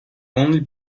only